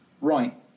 Right